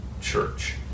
church